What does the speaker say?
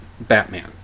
Batman